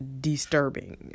disturbing